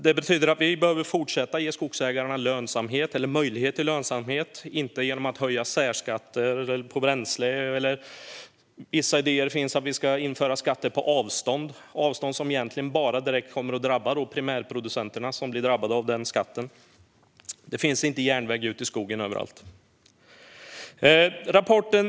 Det betyder att vi behöver fortsätta att ge skogsägarna möjlighet till lönsamhet - inte höja särskatter på bränsle eller, som det finns idéer om, införa skatter på avstånd, vilket egentligen bara direkt kommer att drabba primärproducenterna. Det finns inte järnväg överallt ute i skogen.